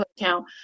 account